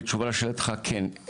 בתשובה לשאלתך, כן.